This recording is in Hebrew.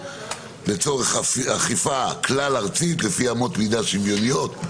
לצורך אכיפה כלל ארצית לפי אמות מידה שוויוניות,